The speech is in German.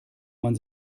man